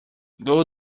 glue